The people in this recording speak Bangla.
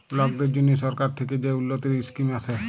লকদের জ্যনহে সরকার থ্যাকে যে উল্ল্যতির ইসকিম আসে